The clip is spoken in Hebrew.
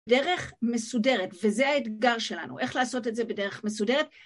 דרך מסודרת, וזה האתגר שלנו, איך לעשות את זה בדרך מסודרת.